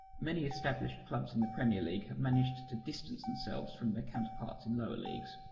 many established clubs in the premier league have managed to distance themselves from their counterparts in lower leagues.